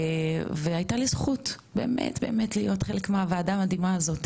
והייתה לי זכות באמת באמת להיות חלק מהוועדה המדהימה הזאת,